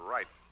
Right